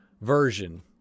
version